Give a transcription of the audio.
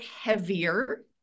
heavier